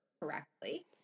correctly